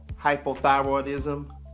hypothyroidism